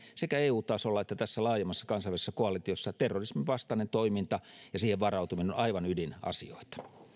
sekä eu tasolla että tässä laajemmassa kansainvälisessä koalitiossa terrorisminvastainen toiminta ja siihen varautuminen ovat myöskin aivan ydinasioita